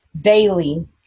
Daily